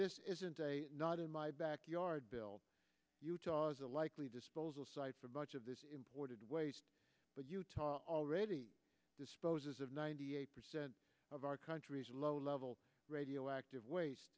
this isn't a not in my backyard bill utah is a likely disposal site for much of this imported waste but utah already disposes of ninety eight percent of our country's low level radioactive waste